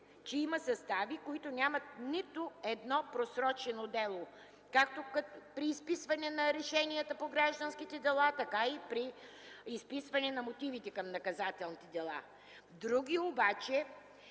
че има състави, които нямат нито едно просрочено дело както при изписване на решенията по гражданските дела, така и при изписване на мотивите към наказателните дела. Други обаче